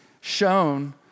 shown